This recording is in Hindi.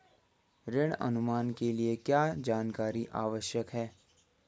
ऋण अनुमान के लिए क्या जानकारी आवश्यक है?